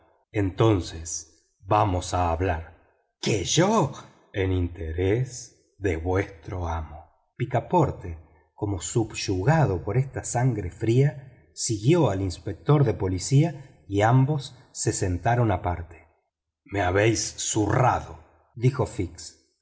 entonces vamos a hablar que yo en interés de vuestro amo picaporte como subyugado por esta sangre fría siguió al inspector de policía y se sentaron aparte me habéis zurrado dijo fix